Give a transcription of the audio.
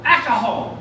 Alcohol